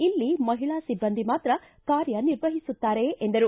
ಇಲ್ಲಿ ಮಹಿಳಾ ಸಿಬ್ಲಂದಿ ಮಾತ್ರ ಕಾರ್ಯ ನಿರ್ವಹಿಸುತ್ತಾರೆ ಎಂದರು